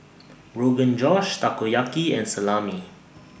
Rogan Josh Takoyaki and Salami